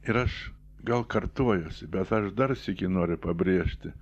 ir aš gal kartojuosi bet aš dar sykį noriu pabrėžti